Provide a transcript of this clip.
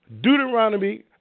Deuteronomy